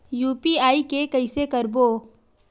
UPI के कइसे करबो?